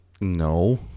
No